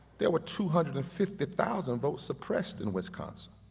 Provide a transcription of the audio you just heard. there were two hundred and fifty thousand votes suppressed in wisconsin.